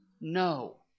no